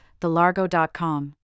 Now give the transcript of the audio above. thelargo.com